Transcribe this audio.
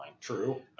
true